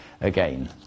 again